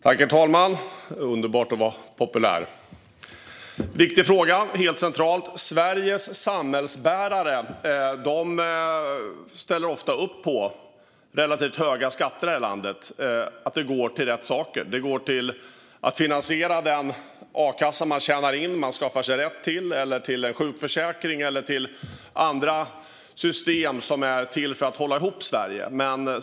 Herr talman! Det här är en viktig och helt central fråga. Sveriges samhällsbärare ställer ofta upp på relativt höga skatter som går till rätt saker - skatter som går till att finansiera den a-kassa man tjänar in och skaffar sig rätt till, en sjukförsäkring eller andra system som är till för att hålla ihop Sverige.